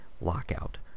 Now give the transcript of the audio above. lockout